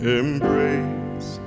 embrace